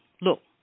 Look